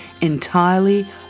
entirely